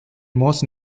most